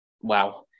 wow